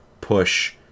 push